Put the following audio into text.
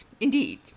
Indeed